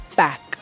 back